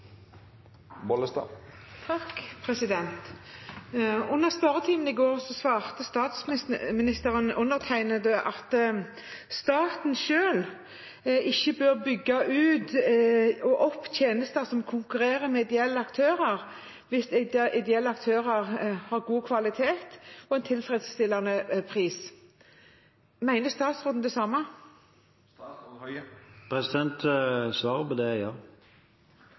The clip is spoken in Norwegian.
spørretimen i går svarte statsministeren undertegnede at staten selv ikke bør bygge ut og opp tjenester som konkurrerer med ideelle aktører, hvis ideelle aktører har god kvalitet og en tilfredsstillende pris. Mener statsråden det samme? Svaret på det er ja.